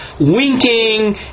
winking